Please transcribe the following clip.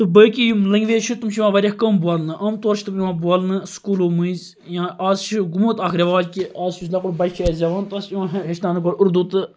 باقٕے یِم لینٛگویج چھِ تِم چھِ یِوان واریاہ کم بولنہٕ عام طور چھِ تِم یِوان بولنہٕ سکولو مٔنٛزۍ یا اَز چھُ گوٚمُت اَکھ ریٚواج کہِ اَز یُس لۅکُٹ بَچہِ چھُ اَسہِ زیٚوان تَس چھُ یِوان ہیٚچھناونہٕ گۅڈٕ اُردو تہٕ